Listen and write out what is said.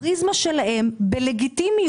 הפריזמה שלהם וזה לגיטימי